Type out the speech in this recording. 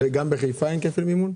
גם בחיפה אין כפל מימון?